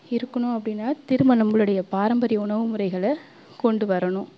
இருக்கணும் அப்படின்னா திரும்ப நம்மளுடைய பாரம்பரிய உணவு முறைகளை கொண்டு வரணும்